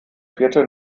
vierte